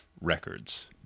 records